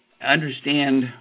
Understand